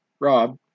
Rob